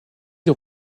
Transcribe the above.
des